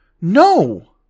no